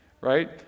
right